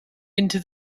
into